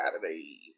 saturday